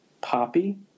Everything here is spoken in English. poppy